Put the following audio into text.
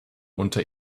unter